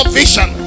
vision